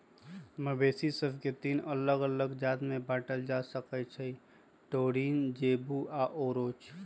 मवेशि सभके तीन अल्लग अल्लग जात में बांटल जा सकइ छै टोरिन, जेबू आऽ ओरोच